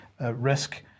risk